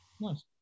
Nice